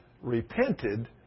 repented